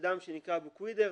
אדם שנקרא אבו קווידר,